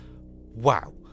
wow